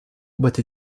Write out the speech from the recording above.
but